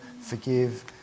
forgive